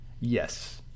Yes